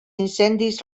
incendis